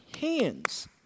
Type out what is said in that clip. hands